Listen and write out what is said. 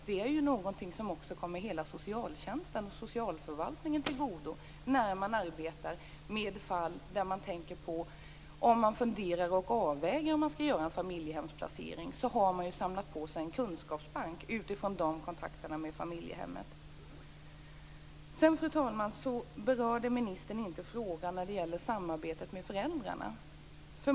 Det är någonting som också kommer hela socialtjänsten och socialförvaltningen till godo när man arbetar med fall där man funderar på och avväger om man skall göra en familjehemsplacering. Då har man samlat på sig en kunskapsbank utifrån kontakterna med familjehemmen. Fru talman! Ministern berörde inte frågan om samarbetet med föräldrarna.